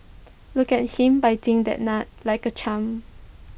look at him biting that nut like A champ